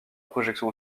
projection